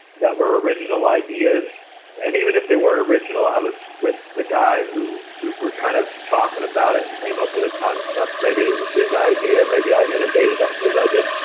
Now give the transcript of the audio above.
that were original ideas and even if they weren't original i was with the guy who we were kind of talking about it and came up with a concept. maybe it it was his idea, maybe i innovated on his idea,